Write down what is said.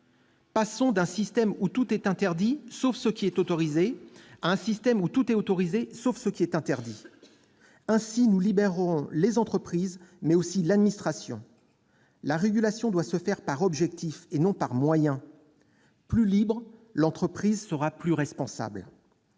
Passons d'un système où tout est interdit sauf ce qui est autorisé à un système où tout est autorisé sauf ce qui est interdit. Ainsi nous libérerons non seulement les entreprises, mais aussi l'administration. La régulation doit se faire par objectif et non par moyen. Plus libre, l'entreprise sera plus responsable.